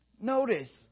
Notice